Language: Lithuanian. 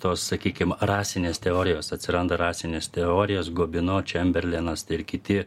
tos sakykim rasinės teorijos atsiranda rasinės teorijos gobino čemberlenas ir kiti